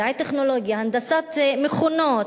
מדעי הטכנולוגיה והנדסת מכונות,